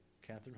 Catherine